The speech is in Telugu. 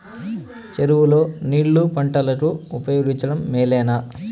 చెరువు లో నీళ్లు పంటలకు ఉపయోగించడం మేలేనా?